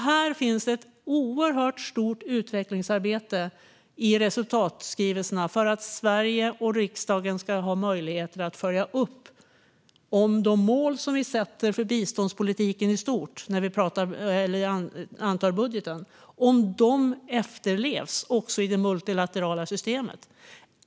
Här finns det ett oerhört stort utvecklingsarbete i resultatskrivelserna för att Sverige och riksdagen ska ha möjlighet att följa upp om de mål som vi sätter för biståndspolitiken i stort när vi antar budgeten också efterlevs i det multilaterala systemet.